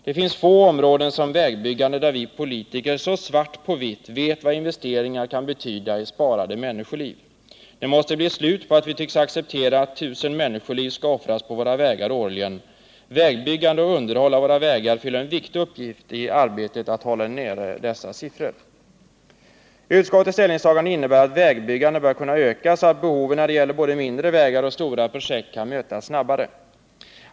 Det finns få områden där vi politiker så svart på vitt vet vad investeringar kan betyda i sparade människoliv som när det gäller vägbyggande. Det måste bli ett slut på att vi tycks acceptera att I 000 människoliv skall offras på våra vägar årligen. Vägbyggandet och underhåll av våra vägar fyller en viktig uppgift i arbetet att hålla nere dessa siffror. Utskottets ställningstagande innebär att vägbyggandet bör kunna öka, så att behoven när det gäller både mindre vägar och stora projekt kan mötas snabbare.